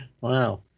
Wow